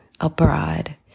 abroad